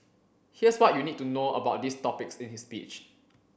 here's what you need to know about these topics in his speech